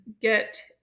get